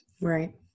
right